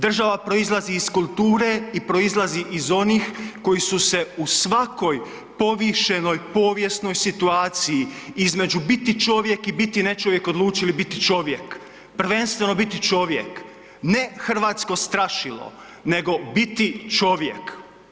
Država proizlazi iz kulture i proizlazi iz onih koji su se u svakoj povišenoj povijesnoj situaciji između biti čovjek i biti ne čovjek odlučili biti čovjek, prvenstveno biti čovjek, ne hrvatsko strašilo nego biti čovjek.